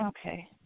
Okay